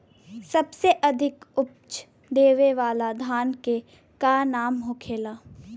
सबसे अधिक उपज देवे वाला धान के का नाम होखे ला?